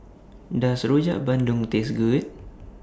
Does Rojak Bandung Taste Good